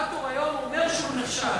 והרגולטור אומר היום שהוא נכשל.